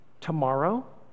tomorrow